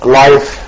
life